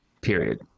period